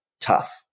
tough